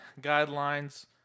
guidelines